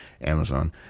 Amazon